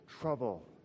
trouble